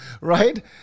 Right